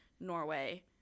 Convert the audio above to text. Norway